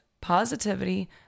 positivity